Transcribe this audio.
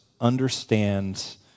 understands